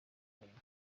imirimo